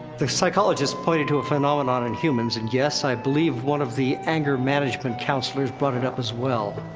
the psychologists pointed to phenomenon in humans, and, yes, i believe one of the anger management counselors brought it up as well.